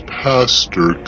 pastor